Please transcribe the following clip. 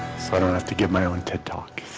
so i don't have to give my own ted talk